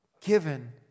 given